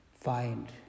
find